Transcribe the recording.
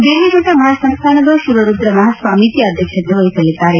ಬೇಲಿಮಠ ಮಹಾಸಂಸ್ಥಾನದ ಶಿವರುದ್ರಮಹಾಸ್ವಾಮೀಜಿ ಅಧ್ಯಕ್ಷತೆ ವಹಿಸಲಿದ್ದಾರೆ